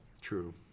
True